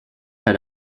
had